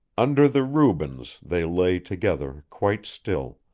under the rubens they lay together quite still,